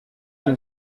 une